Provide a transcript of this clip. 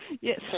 yes